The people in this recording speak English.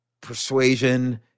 persuasion